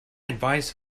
advice